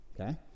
Okay